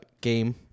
game